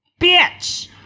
Bitch